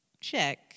check